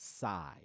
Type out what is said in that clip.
side